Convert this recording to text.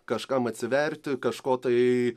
kažkam atsiverti kažko tai